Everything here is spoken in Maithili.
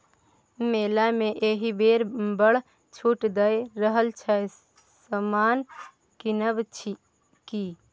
मेला मे एहिबेर बड़ छूट दए रहल छै समान किनब कि?